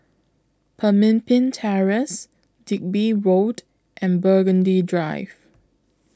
Pemimpin Terrace Digby Road and Burgundy Drive